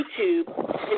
YouTube